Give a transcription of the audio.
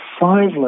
five